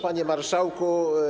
Panie Marszałku!